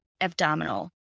abdominal